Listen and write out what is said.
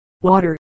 water